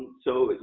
so,